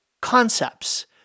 concepts